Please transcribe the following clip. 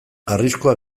arriskua